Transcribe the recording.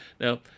now